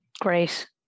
great